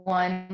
one